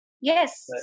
yes